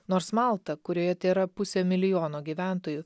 nors malta kurioje tėra pusė milijono gyventojų